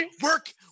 Work